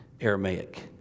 Aramaic